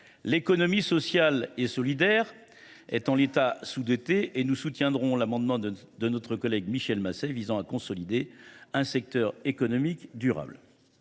l’économie sociale et solidaire est, en l’état, sous dotée. Nous soutiendrons l’amendement de notre collègue Michel Masset visant à consolider un secteur économique durable.